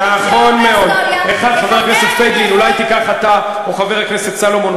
אני יוזמת שיעור בהיסטוריה לחברי הכנסת.